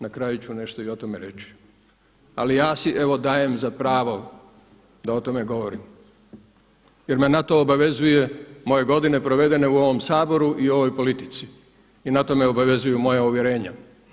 Na kraju ću nešto i o tome reći ali ja si evo dajem za pravo da o tome govorim jer me na to obavezuju moje godine provedene u ovom Saboru i ovoj politici i na tom me obavezuju moja uvjerenja.